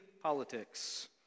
Politics